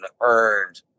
earned